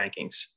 rankings